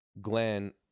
Glenn